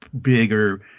bigger